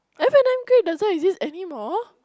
F and N grape doesn't exist anymore